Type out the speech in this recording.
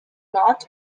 not